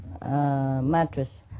mattress